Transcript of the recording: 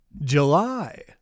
july